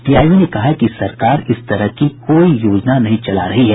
PIB ने कहा है कि सरकार इस तरह की कोई योजना नहीं चला रही है